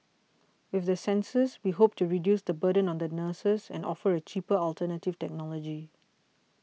with the sensors we hope to reduce the burden on the nurses and offer a cheaper alternative technology